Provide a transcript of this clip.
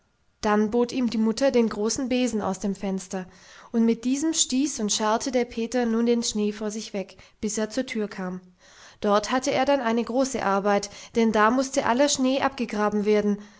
dann bot ihm die mutter den großen besen aus dem fenster und mit diesem stieß und scharrte der peter nun den schnee vor sich weg bis er zur tür kam dort hatte er dann eine große arbeit denn da mußte aller schnee abgegraben werden